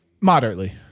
Moderately